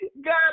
God